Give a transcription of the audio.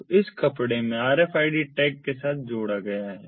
तो इस कपड़े को इस RFID टैग के साथ जोड़ा गया है